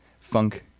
funk